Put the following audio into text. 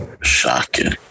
shocking